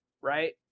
right